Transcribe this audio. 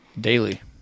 daily